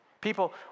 People